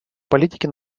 политике